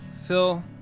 Phil